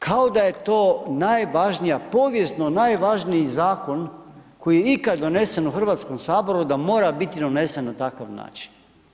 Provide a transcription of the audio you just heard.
Kao da je to najvažnija, povijesno najvažniji zakon koji je ikad donese u Hrvatskom saboru, da mora biti donesen na takav način.